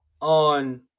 on